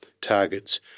targets